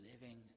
living